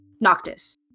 Noctis